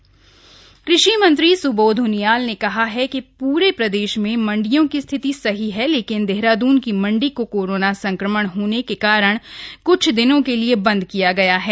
सुबोध उनियाल कृषि मंत्री स्बोध उनियाल ने कहा है कि प्रे प्रदेश में मंडियों की स्थिति सही है लेकिन देहराद्रन की मंडी को कोरोना संक्रमण होने के कारण क्छ दिन के लिए बंद किया गया है